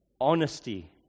honesty